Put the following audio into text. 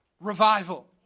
Revival